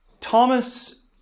Thomas